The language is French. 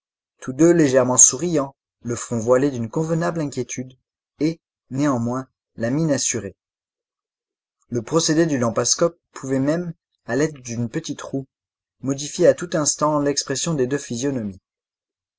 tous deux légèrement souriants le front voilé d'une convenable inquiétude et néanmoins la mine assurée le procédé du lampascope pouvait même à l'aide d'une petite roue modifier à tout instant l'expression des deux physionomies